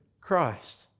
Christ